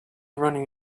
running